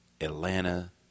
Atlanta